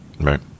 Right